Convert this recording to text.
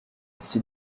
s’est